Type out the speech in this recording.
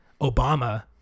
Obama